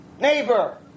neighbor